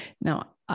Now